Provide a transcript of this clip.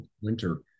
winter